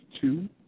two